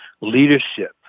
leadership